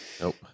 Nope